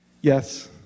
Yes